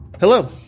Hello